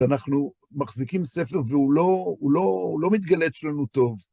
אנחנו מחזיקים ספר והוא לא לא מתגלצ' לנו טוב.